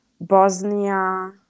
Bosnia